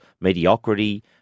mediocrity